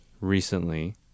recently